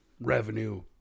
revenue